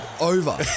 over